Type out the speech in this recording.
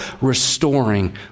restoring